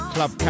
Club